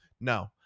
No